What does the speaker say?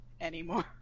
anymore